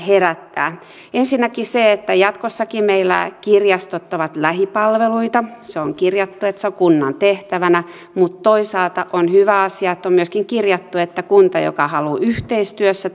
herättää ensinnäkin se että jatkossakin meillä kirjastot ovat lähipalveluita se on kirjattu että se on kunnan tehtävänä mutta toisaalta on hyvä asia että on myöskin kirjattu että jos kunta haluaa yhteistyössä